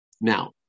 Now